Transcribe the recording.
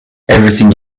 everything